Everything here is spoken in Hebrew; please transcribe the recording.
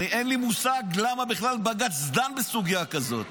אין לי מושג בכלל למה בג"ץ דן בסוגיה כזאת.